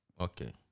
Okay